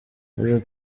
iryo